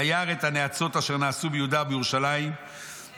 וירא את הנאצות אשר נעשו ביהודה ובירושלים ויאמר,